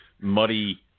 muddy